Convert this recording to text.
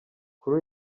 kuri